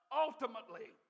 ultimately